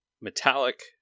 Metallic